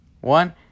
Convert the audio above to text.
One